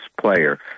player